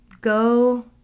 go